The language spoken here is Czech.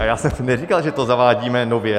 Já jsem neříkal, že to zavádíme nově.